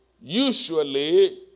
Usually